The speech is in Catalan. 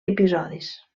episodis